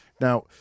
Now